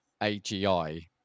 agi